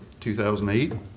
2008